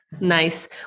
Nice